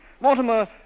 Mortimer